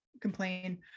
complain